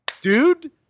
Dude